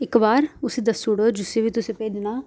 इक बार उसी दस्सी उड़ो जिसी बी तुसें भेजना